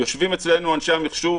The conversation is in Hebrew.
יושבים אצלנו אנשי המחשוב,